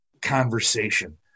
conversation